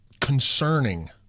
concerning